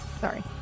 Sorry